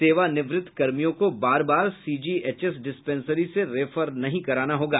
सेवानिवृत्त कर्मियों को बार बार सीजीएचएस डिस्पेंसरी से रेफर नहीं कराना होगा